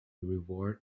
reward